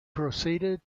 proceeded